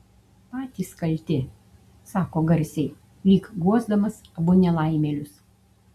patys kalti sako garsiai lyg guosdamas abu nelaimėlius